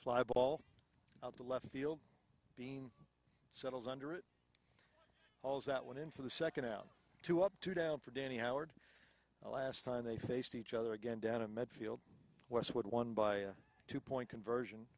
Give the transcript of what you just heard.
fly ball out the left field being settles under it all that went in for the second out to up two down for danny howard the last time they faced each other again down in midfield westwood won by two point conversion